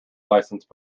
license